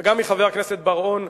גם מחבר הכנסת בר-און,